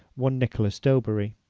one nicholas doberry.